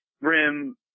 Rim –